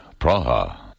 Praha